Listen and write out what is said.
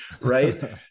Right